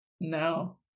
no